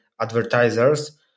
advertisers